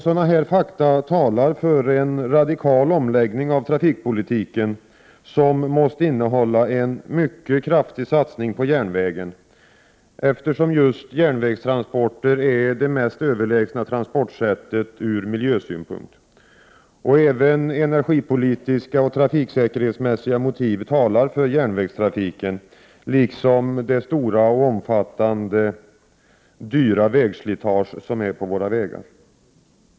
Dessa fakta talar för en radikal omläggning av trafikpolitiken, som måste innehålla en mycket kraftig satsning på järnvägen, eftersom just järnvägstransporter är det mest överlägsna transportsättet ur miljösynpunkt. Även energipolitiska och trafiksäkerhetsmässiga motiv talar för järnvägstrafiken, liksom det omfattande och dyra vägslitaget.